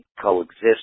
coexist